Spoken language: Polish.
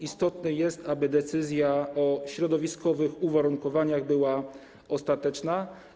Istotne jest to, aby decyzja o środowiskowych uwarunkowaniach była ostateczna.